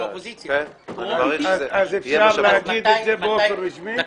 אז אפשר להגיד את זה באופן רשמי?